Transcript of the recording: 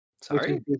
Sorry